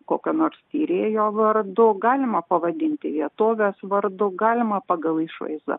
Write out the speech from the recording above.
kokio nors tyrėjo vardo galima pavadinti vietovės vardu galima pagal išvaizdą